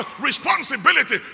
responsibility